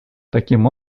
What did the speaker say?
таким